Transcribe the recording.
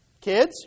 Kids